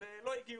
ולא הגיעו.